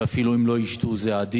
ואפילו אם הם לא ישתו, זה עדיף.